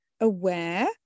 aware